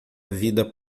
vida